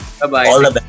Bye-bye